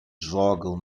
jogam